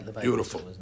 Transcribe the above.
Beautiful